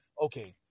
okay